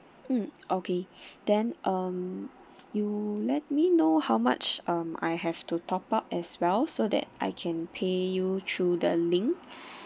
mm okay then um you let me know how much um I have to top up as well so that I can pay you through the link